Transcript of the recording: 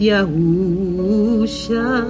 Yahusha